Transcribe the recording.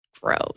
gross